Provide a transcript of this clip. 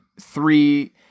three